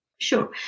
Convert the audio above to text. Sure